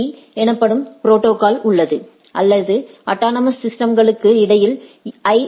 பீ எனப்படும் ப்ரோடோகால் உள்ளது அல்லது அட்டானமஸ் சிஸ்டம்களுக்கு இடையில் ஐ